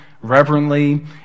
reverently